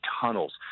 tunnels